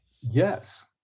Yes